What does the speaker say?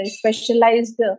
specialized